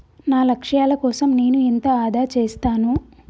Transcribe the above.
నా లక్ష్యాల కోసం నేను ఎంత ఆదా చేస్తాను?